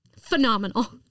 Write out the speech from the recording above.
Phenomenal